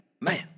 man